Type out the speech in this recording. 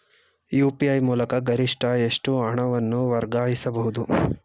UPI ಮೂಲಕ ಗರಿಷ್ಠ ಎಷ್ಟು ಹಣವನ್ನು ವರ್ಗಾಯಿಸಬಹುದು?